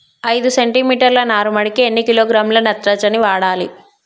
ఐదు సెంటి మీటర్ల నారుమడికి ఎన్ని కిలోగ్రాముల నత్రజని వాడాలి?